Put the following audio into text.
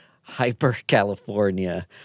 hyper-California